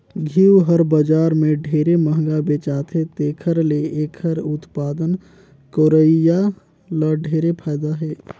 घींव हर बजार में ढेरे मंहगा बेचाथे जेखर ले एखर उत्पादन करोइया ल ढेरे फायदा हे